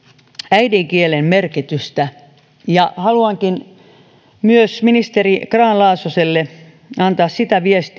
äidinkielen merkitystä ja haluankin myös ministeri grahn laasoselle antaa sitä viestiä